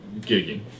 gigging